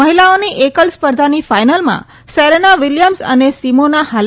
મહિલાઓની એકલ સ્પર્ધાની ફાઈનલમાં સેરેના વીલીયમ્સ અને સીમોના હાલેપ ટકરાશે